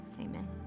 Amen